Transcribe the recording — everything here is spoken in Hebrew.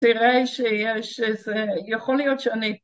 תראה שיש, שזה יכול להיות שאני